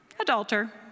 adulterer